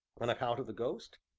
on account of the ghost?